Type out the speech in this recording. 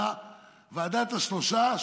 אלא ועדת השלושה,